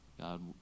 God